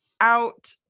out